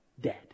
dead